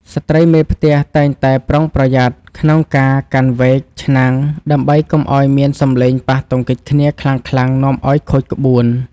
ស្ត្រីមេផ្ទះតែងតែប្រុងប្រយ័ត្នក្នុងការកាន់វែក ឆ្នាំង ដើម្បីកុំឱ្យមានសំឡេងប៉ះទង្គិចគ្នាខ្លាំងៗនាំឱ្យខូចក្បួន។